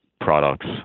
products